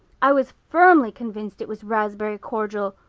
i was firmly convinced it was raspberry cordial.